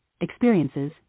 experiences